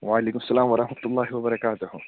وعلیکُم سَلام ورحمتُ اللہِ وَبَرَکاتُہ